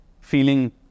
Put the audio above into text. feeling